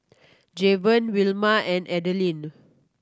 Javon Wilma and Adelyn